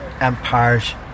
Empire's